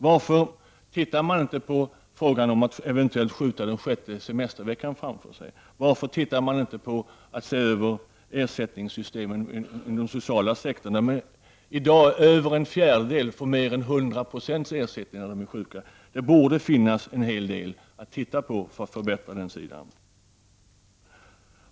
Varför tittar man inte på frågan om att eventuellt skjuta den sjätte semesterveckan framför sig? Varför tittar man inte på att se över ersättningssystemen inom den sociala sektorn, när över en fjärdedel får mer än 100 96 ersättning när de är sjuka? Det borde finnas en hel del att titta på för att förbättra den sidan.